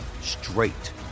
straight